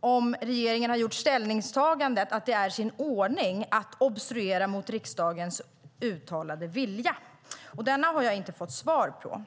om regeringen har gjort ställningstagandet att det är i sin ordning att obstruera mot riksdagens uttalade vilja. Den frågan har jag inte fått svar på.